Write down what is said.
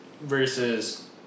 versus